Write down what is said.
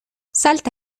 salta